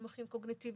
והם מונמכים קוגניטיבית,